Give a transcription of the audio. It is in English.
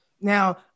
Now